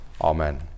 Amen